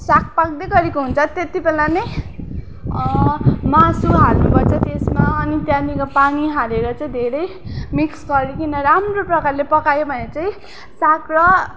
साग पाक्दै गरेको हुन्छ तेत्तिबेला नै मासु हाल्नु पर्छ त्यसमा अनि त्यहाँदेखिको पानी हालेर चाहिँ धेरै मिक्स गरिकन राम्रो प्रकारले पकायो भने चाहिँ साग र